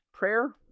prayer